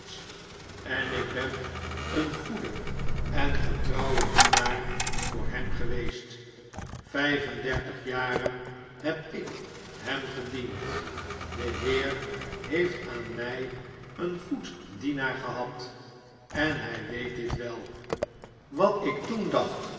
en ik ben een goede en getrouwe dienaar voor hem geweest vijf en dertigjaren heb ik hem gediend de hfter heeft aan mij een goed dienaar gehad en hy weet dit wel wat ik toen dacht